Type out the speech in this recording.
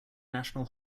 national